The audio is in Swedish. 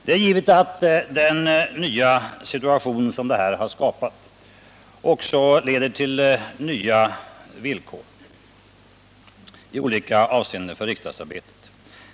Det är givet att den nya situation som det här har skapat också leder till nya villkor i olika avseenden för riksdagsarbetet.